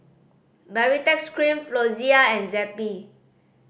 Baritex Cream Floxia and Zappy